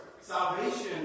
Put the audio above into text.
salvation